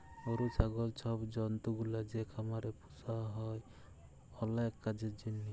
গরু, ছাগল ছব জল্তুগুলা যে খামারে পুসা হ্যয় অলেক কাজের জ্যনহে